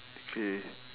decay